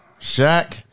Shaq